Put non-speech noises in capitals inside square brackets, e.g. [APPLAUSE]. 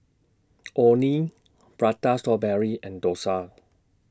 [NOISE] Orh Nee Prata Strawberry and Dosa